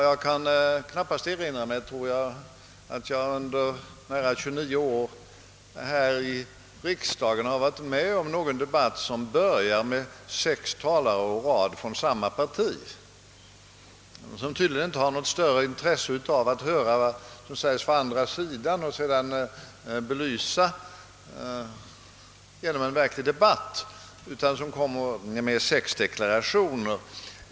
Jag kan knappast erinra mig att jag tidigare under nära 29 år här i riksdagen varit med om någon debatt som börjat med sex talare å rad från samma parti, vilka tydligen inte har något intresse av att höra vad som sägs av den andra sidan för att sedan genom en verklig debatt belysa frågeställningarna utan som i stället kommer med sex deklarationer.